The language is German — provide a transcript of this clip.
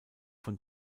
von